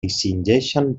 distingeixen